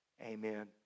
amen